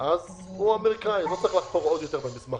אז הוא אמריקאי, לא צריך לחפור עוד יותר במסמכים.